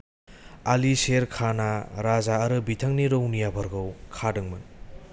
आलि शेर खानआ राजा आरो बिथांनि रौनियाफोरखौ खादोंमोन